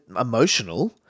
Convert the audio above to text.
emotional